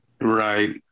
Right